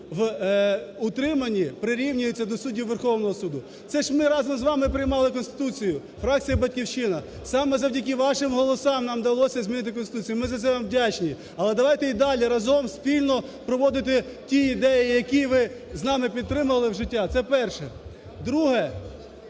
в утриманні прирівнюються до суддів Верховного Суду. Це ж ми разом з вами приймали Конституцію. Фракція "Батьківщина", саме завдяки вашим голосам нам вдалося змінити Конституцію, ми за це вам вдячні. Але давайте і далі разом проводити ті ідеї, які ви з нами підтримали в життя. Це перше. Друге.